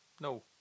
No